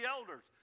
elders